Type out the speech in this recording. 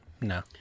No